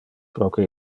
proque